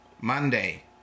Monday